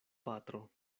patro